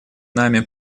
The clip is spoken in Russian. нами